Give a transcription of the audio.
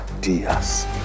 Diaz